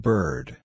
Bird